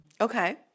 Okay